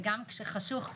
וגם כשחשוך,